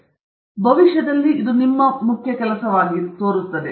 ಆದ್ದರಿಂದ ಭವಿಷ್ಯದಲ್ಲಿ ಈ ಕೆಲಸವನ್ನು ಮಾಡಿದ ಮೊದಲ ವ್ಯಕ್ತಿಯು ಇದೀಗ ಮತ್ತು ಹೀಗೆ ಹೇಳುತ್ತಾನೆ